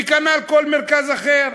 וכנ"ל כל מרכז אחר.